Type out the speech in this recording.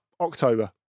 October